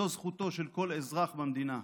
זו זכותו של כל אזרח במדינה.